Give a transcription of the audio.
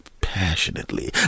Passionately